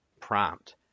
prompt